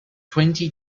twenty